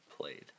played